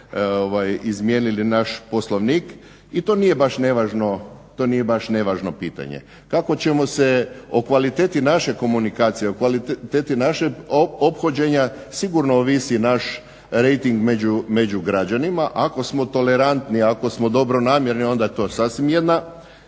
izmijenili naš Poslovnik. I to nije baš nevažno pitanje. Kako ćemo se o kvaliteti naše komunikacije o kvaliteti našeg ophođenja sigurno ovisi naš rejting među građanima. Ako smo tolerantni ako smo dobronamjerni onda je to sasvim jedna